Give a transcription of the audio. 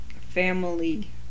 Family